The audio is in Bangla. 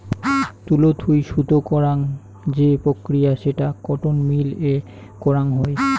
তুলো থুই সুতো করাং যে প্রক্রিয়া সেটা কটন মিল এ করাং হই